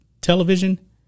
Television